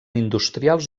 industrials